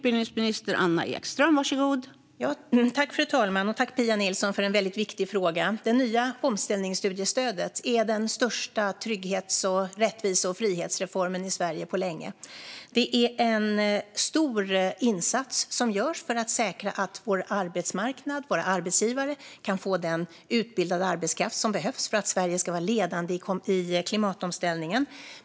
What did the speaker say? Fru talman! Tack, Pia Nilsson, för en väldigt viktig fråga! Det nya omställningsstudiestödet är den största trygghets, rättvise och frihetsreformen i Sverige på länge. Det är en stor insats som görs för att säkra att vår arbetsmarknad och våra arbetsgivare kan få den utbildade arbetskraft som behövs för att Sverige ska vara ledande i klimatomställningen.